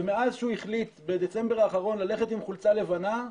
ומאז שהוא החליט בדצמבר האחרון ללכת עם חולצה לבנה,